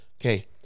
Okay